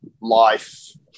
life